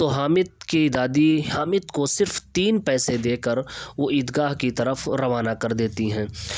تو حامد كی دادی حامد كو صرف تین پیسے دے کر وہ عید گاہ کی طرف روانہ کر دیتی ہیں